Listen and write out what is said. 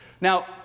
Now